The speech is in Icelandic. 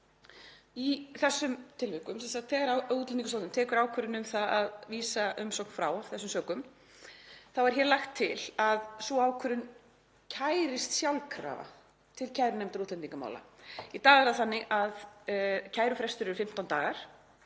Í þessum tilvikum, þegar Útlendingastofnun tekur ákvörðun um að vísa umsókn frá af þessum sökum, þá er hér lagt til að sú ákvörðun kærist sjálfkrafa til kærunefndar útlendingamála. Í dag er það þannig að kærufrestur er 15 dagar,